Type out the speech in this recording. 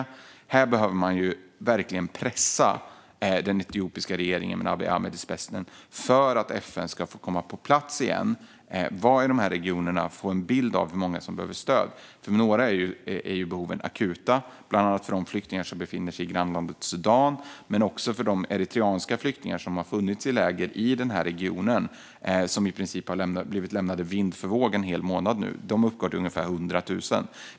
I detta avseende behöver man verkligen pressa den etiopiska regeringen med Abiy Ahmed i spetsen för att FN ska få komma på plats igen, vara i regionen och få en bild av hur många som behöver stöd. För några är behoven akuta, bland annat för de flyktingar som befinner sig i grannlandet Sudan men också för de eritreanska flyktingar som har funnits i läger i regionen. De har i princip blivit lämnade vind för våg under en hel månad nu. De uppgår till ungefär 100 000.